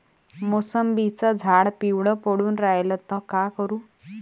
मोसंबीचं झाड पिवळं पडून रायलं त का करू?